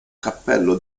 cappello